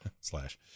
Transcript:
slash